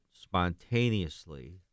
spontaneously